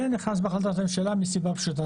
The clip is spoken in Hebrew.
זה נכנס בהחלטת ממשלה מסיבה פשוטה.